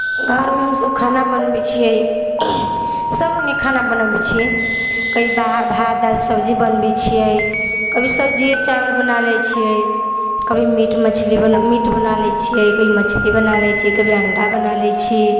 घरमे हम सभ खाना बनबै छियै सभ रङ्गके खाना बनबै छियै कभी भात दालि सब्जी बनबै छियै कभी सब्जियै चावल बना लै छियै कभी मीट मछली मीट बना लै छियै कभी मछली बना लै छियै कभी अण्डा बना लै छी